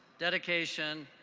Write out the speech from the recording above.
dedication,